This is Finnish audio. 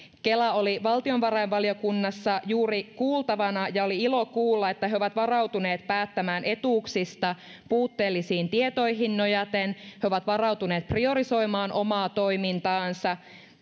kela oli valtiovarainvaliokunnassa juuri kuultavana ja oli ilo kuulla että he ovat varautuneet päättämään etuuksista puutteellisiin tietoihin nojaten he ovat varautuneet priorisoimaan omaa toimintaansa